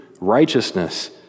righteousness